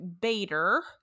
Bader